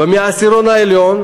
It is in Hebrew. ומהעשירון העליון,